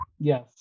Yes